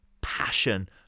passion